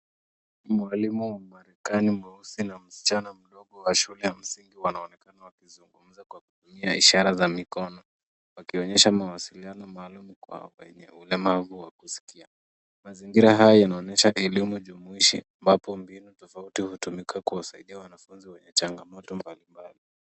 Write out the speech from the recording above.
Mwalimu mmarekani mweusi na msichana mdogo wa shule ya msingi wanaonekana wakizungumza kwa kutumia ishara za mikono wakionyesha mawasiliano maalum kwa wenye ulemavu wa kusikia. Mazingira hayo yanaonyesha elimu jumuishi ambapo mbinu tofauti hutumika kuwasaidia wanafunzi wenye changamoto mbalimbali.